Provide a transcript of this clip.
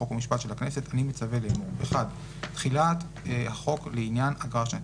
חוק ומשפט של הכנסת אני מצווה לאמור: 1. תחילת החוק לעניין אגרה שנתית.